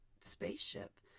spaceship